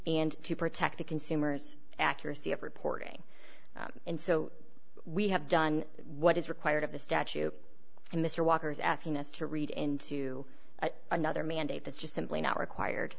and to protect the consumers accuracy of reporting and so we have done what is required of the statute and mr walker is asking us to read into another mandate that just simply not required